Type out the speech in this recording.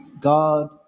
God